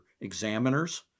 examiners